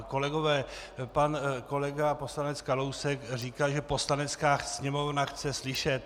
Kolegové, pan kolega poslanec Kalousek říkal, že Poslanecká sněmovna chce slyšet.